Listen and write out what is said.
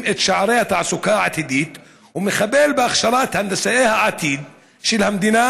את שערי התעסוקה העתידית ומחבל בהכשרת הנדסאי העתיד של המדינה,